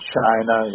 China